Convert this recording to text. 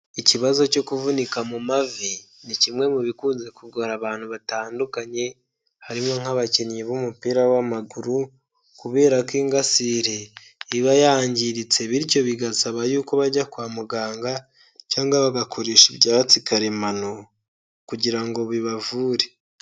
Ikibazo cyo kuvunika mu mavi, ni kimwe mu bikunze kugora abantu batandukanye, harimo nk'abakinnyi b'umupira w'amaguru, kubera ko ingasire iba yangiritse, bityo bigasaba yuko bajya kwa muganga cyangwa bagakoresha ibyatsi karemano kugira ngo bibavure.